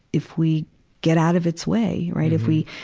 if we get out of its way, right, if we,